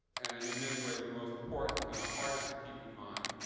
and in many ways the most important and the hardest to keep in mind,